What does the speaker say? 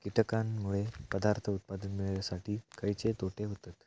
कीटकांनमुळे पदार्थ उत्पादन मिळासाठी खयचे तोटे होतत?